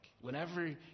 whenever